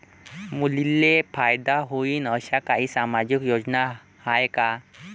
मुलींले फायदा होईन अशा काही सामाजिक योजना हाय का?